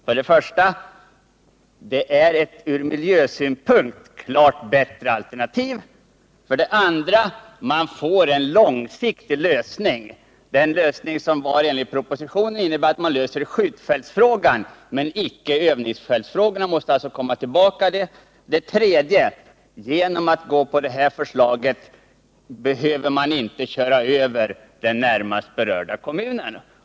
För det första är Vreten ett från miljösynpunkt klart bättre alternativ. För det andra får man då en långsiktig lösning. Propositionens förslag löser skjutfältsfrågan men inte övningsfältsfrågan. För det tredje behöver man inte köra över den närmast berörda kommunen.